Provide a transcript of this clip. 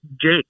jake